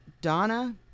Donna